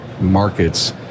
markets